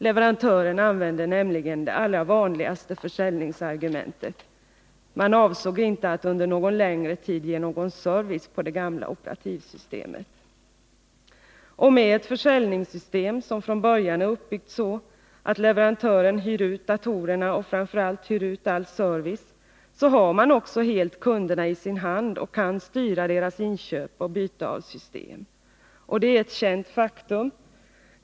Leverantören använde nämligen det allra vanligaste försäljningsargumentet: man avsåg inte att under någon längre tid ge någon service på det gamla operativsystemet. Ett försäljningssystem som från början är uppbyggt så, att leverantören hyr ut datorerna och framför allt all service, medför att leverantören helt har kunderna i sin hand och kan styra deras inköp och byte av system. Detta är ett känt faktum.